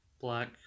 Black